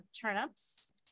turnips